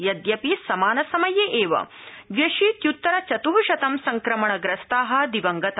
यद्यपि समानसमये एव दव्यशीत्युतरचत्ःशतं संक्रमणप्रस्ता दिवगता